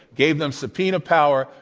gave them subpoena power,